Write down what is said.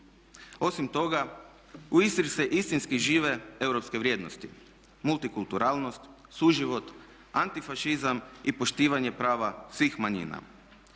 Osim toga u Istri se istinski žive europske vrijednosti multikulturalnost, suživot, antifašizam i poštivanje prava svih manjina.